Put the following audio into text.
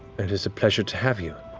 it is a pleasure to have you.